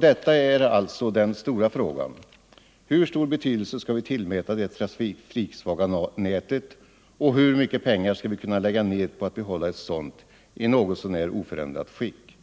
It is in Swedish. Detta är alltså den stora frågan: Hur stor betydelse skall vi tillmäta det trafiksvaga nätet och hur mycket pengar skall vi kunna lägga ned på att behålla ett sådant i något så när oförändrat skick?